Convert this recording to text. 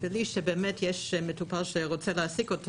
בלי שבאמת יש מטופל שרוצה להעסיק אותו.